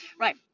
Right